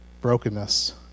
brokenness